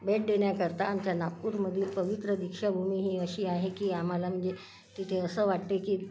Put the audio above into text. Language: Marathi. भेट देण्याकरता आमच्या नागपूरमधील पवित्र दिक्षाभूमी ही अशी आहे की आम्हाला म्हणजे तिथे असं वाटते की